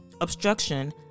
obstruction